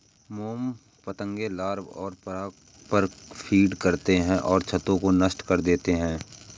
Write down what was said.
मोम पतंगे लार्वा और पराग पर फ़ीड करते हैं और छत्ते को नष्ट कर देते हैं